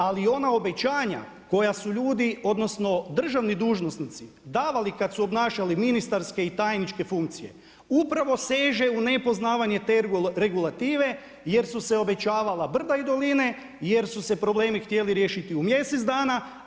Ali ona obećanja koja su ljudi, odnosno državni dužnosnici davali kad su obnašali ministarske i tajničke funkcije upravo seže u nepoznavanje te regulative jer su se obećavala brda i doline, jer su se problemi htjeli riješiti u mjesec dana.